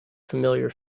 familiar